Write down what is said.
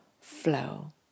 flow